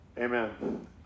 amen